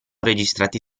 registrati